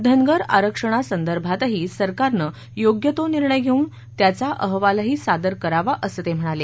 धनगर आरक्षणासंदर्भातही सरकारनं योग्य तो निर्णय घेऊन त्याचा अहवालही सादर करावा असं ते म्हणाले